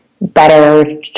better